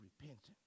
repentance